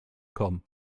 kommen